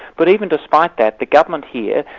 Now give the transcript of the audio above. but even despite that, the government here,